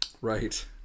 Right